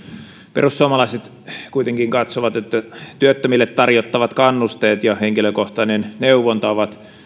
perussuomalaiset kuitenkin katsovat että työttömille tarjottavat kannusteet ja henkilökohtainen neuvonta ovat